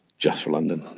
just for london.